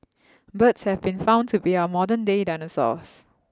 birds have been found to be our modern day dinosaurs